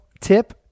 tip